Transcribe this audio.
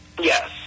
Yes